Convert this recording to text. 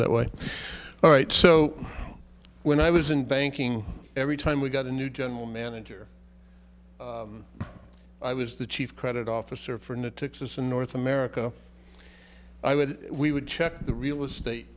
that way all right so when i was in banking every time we got a new general manager i was the chief credit officer for the texas and north america i would we would check the real estate